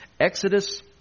Exodus